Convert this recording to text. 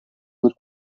per